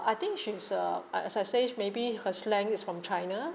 I think she's a I as I say maybe her slang is from china